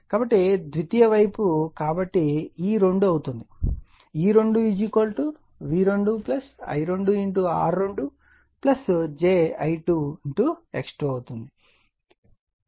కాబట్టి ద్వితీయ వైపు కాబట్టి E2 అవుతుంది E2 V2 I2 R2 j I2 అవుతుంది